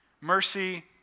Mercy